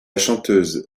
chanteuse